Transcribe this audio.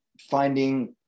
finding